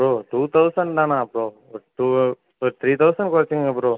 bro two thousand தானா bro ஒரு two ஒரு த்ரீ தௌசண்ட் கொறச்சுக்கிங்க ப்ரோ